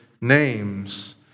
names